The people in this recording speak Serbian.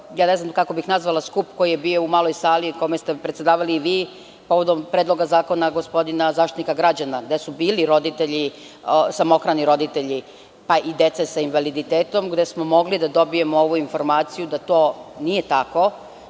… ne znam kako bih nazvala skup koji je bio u maloj sali i kome ste predsedavali i vi povodom predloga zakona gospodina Zaštitnika građana, gde su bili samohrani roditelji, pa i dece sa invaliditetom, gde smo mogli da dobijemo ovu informaciju da to nije tako,